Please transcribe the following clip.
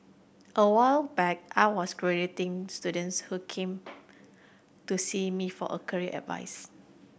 a while back I was graduating students who came to see me for a career advice